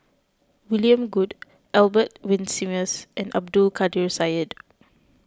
William Goode Albert Winsemius and Abdul Kadir Syed